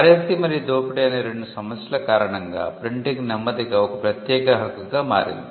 piracy మరియు దోపిడీ అనే రెండు సమస్యల కారణంగా ప్రింటింగ్ నెమ్మదిగా ఒక ప్రత్యేక హక్కుగా మారింది